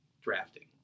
drafting